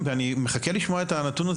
אני לא יודע לגבש.